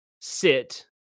sit